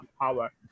power